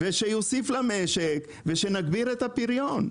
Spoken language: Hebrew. שיוסיף למשק ויגביר את הפריון.